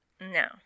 No